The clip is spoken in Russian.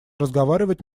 разговаривать